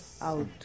out